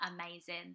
amazing